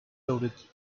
loaded